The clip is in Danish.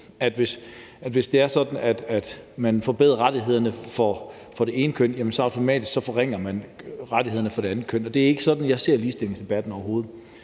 at det er sådan, at man, hvis man forbedrer rettighederne for det ene køn, så automatisk forringer rettighederne for det andet køn, og det er overhovedet ikke sådan, jeg ser ligestillingsdebatten. Jeg mener